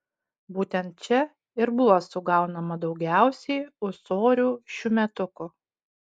būtent čia ir buvo sugaunama daugiausiai ūsorių šiųmetukų